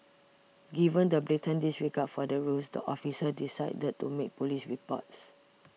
given the blatant disregard for the rules the officer decided to make police reports